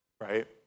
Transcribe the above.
right